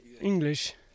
English